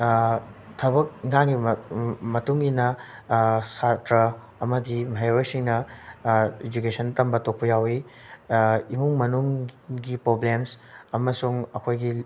ꯊꯕꯛ ꯏꯟꯈꯥꯡꯒꯤ ꯃꯇꯨꯡ ꯏꯟꯅ ꯁꯥꯇ꯭ꯔ ꯑꯃꯗꯤ ꯃꯍꯩꯔꯣꯏꯁꯤꯡꯅ ꯏꯖꯨꯀꯦꯁꯟ ꯇꯝꯕ ꯇꯣꯛꯄ ꯌꯥꯎꯏ ꯏꯃꯨꯡ ꯃꯅꯨꯡꯒꯤ ꯒꯤ ꯄ꯭ꯔꯣꯕ꯭ꯂꯦꯝꯁ ꯑꯃꯁꯨꯡ ꯑꯩꯈꯣꯏꯒꯤ